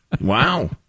Wow